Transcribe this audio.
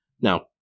Now